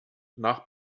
nach